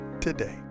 today